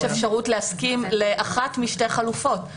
לא ייטול בעל מקצוע רפואי דגימות